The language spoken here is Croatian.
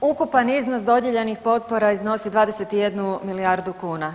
Pa ukupan iznos dodijeljenih potpora iznosi 21 milijardu kuna.